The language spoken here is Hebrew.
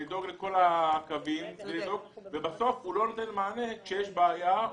לדאוג לכל הקווים ובסוף הוא לא נותן מענה כשיש בעיה.